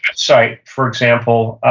sorry. for example,